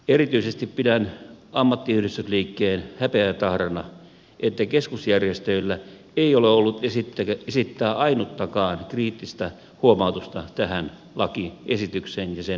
erityisesti pidän ammattiyhdistysliikkeen häpeätahrana että keskusjärjestöillä ei ole ollut esittää ainuttakaan kriittistä huomautusta tähän lakiesitykseen ja sen valmisteluun